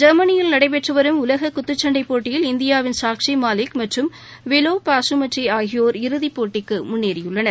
ஜெர்மனியில் நடைபெற்றுவரும் உலககுத்துச் சண்டைப் போட்டியில் இந்தியாசாக்சிமாலிக் மற்றும் விலோவ்பாசுமட்ரிஆகியோர் இறுதிப் போட்டிக்குமுன்னேறியுள்ளனர்